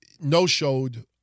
no-showed